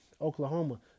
Oklahoma